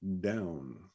down